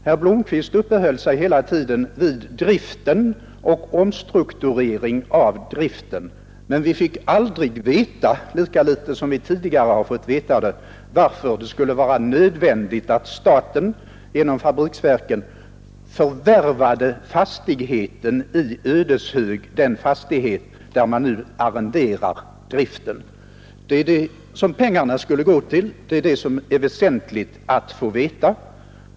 Herr Blomkvist uppehöll sig hela tiden vid driften och omstruktureringen av densamma, men vi fick aldrig veta — lika litet som vi har fått veta det tidigare — varför det är så nödvändigt att staten genom fabriksverken förvärvar den fastighet i Ödeshög där man nu arrenderar driften. Och det är ju detta pengarna skall gå till; därför är det väsentligt att få veta orsaken.